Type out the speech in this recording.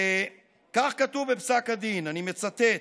וכך כתוב בכתב הדין, אני מצטט,